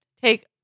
take